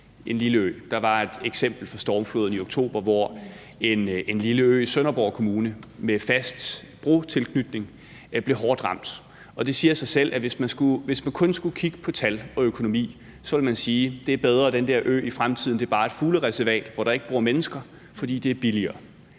en lille ø. Der var et eksempel fra stormfloden i oktober, hvor en lille ø i Sønderborg Kommune med fast brotilknytning blev hårdt ramt, og det siger sig selv, at hvis man kun skulle kigge på tal og økonomi, ville man sige, at det er bedre, at den der ø i fremtiden bare er et fuglereservat, hvor der ikke bor mennesker, for det er billigere.